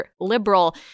liberal